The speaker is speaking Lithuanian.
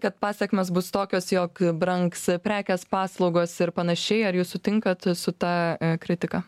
kad pasekmės bus tokios jog brangs prekės paslaugos ir panašiai ar jūs sutinkate su ta kritika